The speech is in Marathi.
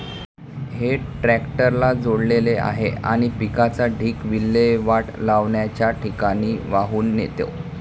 हे ट्रॅक्टरला जोडलेले आहे आणि पिकाचा ढीग विल्हेवाट लावण्याच्या ठिकाणी वाहून नेतो